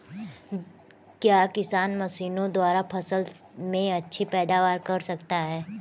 क्या किसान मशीनों द्वारा फसल में अच्छी पैदावार कर सकता है?